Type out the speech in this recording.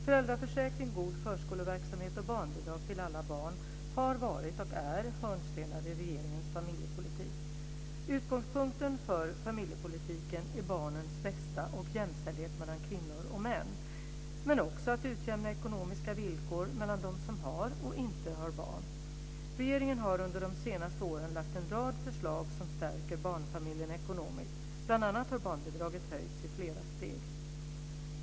Föräldraförsäkring, god förskoleverksamhet och barnbidrag till alla barn har varit och är hörnstenar i regeringens familjepolitik. Utgångspunkten för familjepolitiken är barnens bästa och jämställdhet mellan kvinnor och män, men också att utjämna ekonomiska villkor mellan dem som har och inte har barn. Regeringen har under de senaste åren lagt fram en rad förslag som stärker barnfamiljerna ekonomiskt. Bl.a. har barnbidraget höjts i flera steg.